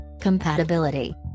Compatibility